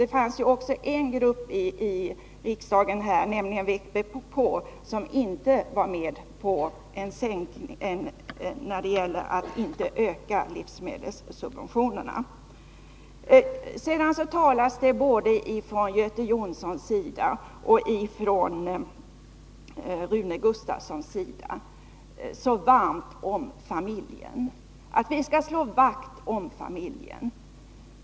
Det fanns också en grupp här i riksdagen, nämligen vpk, som inte gick med på att inte öka livsmedelssubventionerna. Både Göte Jonsson och Rune Gustavsson talar så varmt om familjen — att vi skall slå vakt om familjen.